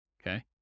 okay